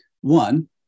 One